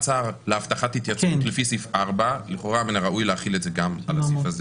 אם ניקח את הדין בהלכה היהודית ומה שגם תקף במדינת